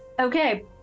okay